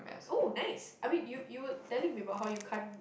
oh nice I mean you you would telling me about how you can't